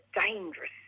dangerous